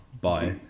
bye